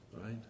Right